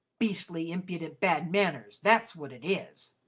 beastly, impudent bad manners that's what it is!